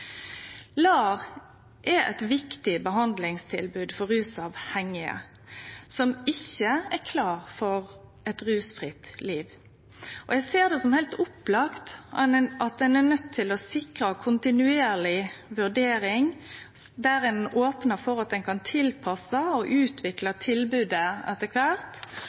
LAR er eit viktig behandlingstilbod for rusavhengige som ikkje er klare for eit rusfritt liv, og eg ser det som heilt opplagt at ein er nøydd til å sikre ei kontinuerleg vurdering, der ein opnar for at ein kan tilpasse og utvikle tilbodet